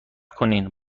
کنین